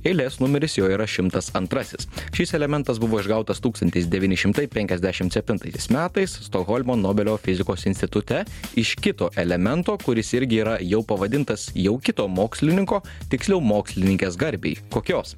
eilės numeris jo yra šimtas antrasis šis elementas buvo išgautas tūkstantis devyni šimtai penkiasdešimt septintaisiais metais stokholmo nobelio fizikos institute iš kito elemento kuris irgi yra jau pavadintas jau kito mokslininko tiksliau mokslininkės garbei kokios